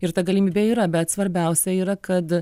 ir ta galimybė yra bet svarbiausia yra kad